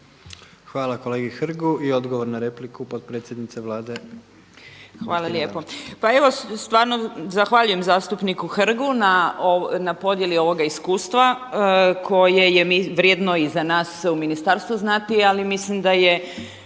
Hvala kolegi Hrgu. I odgovor na repliku potpredsjednica Vlade